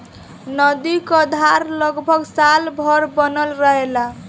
नदी क धार लगभग साल भर बनल रहेला